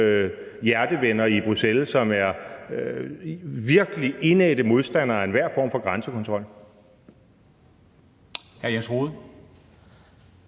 hjertevenner i Bruxelles, som er virkelig indædte modstandere af enhver form for grænsekontrol.